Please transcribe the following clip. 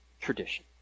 tradition